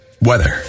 weather